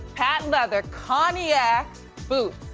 patent leather coniac boots.